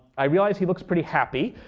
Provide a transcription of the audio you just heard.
i realize he looks pretty happy.